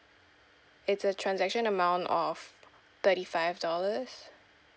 it's a transaction amount of thirty five dollars